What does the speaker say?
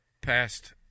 passed